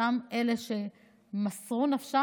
אותם אלה שמסרו נפשם,